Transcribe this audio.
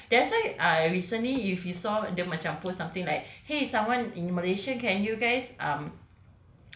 like ya that's why uh recently if you saw dia macam post something like !hey! someone in malaysia can you guys um